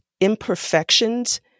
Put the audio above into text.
imperfections